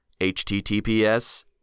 HTTPS